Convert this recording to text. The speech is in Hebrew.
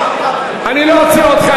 אני לא עוצר אותך,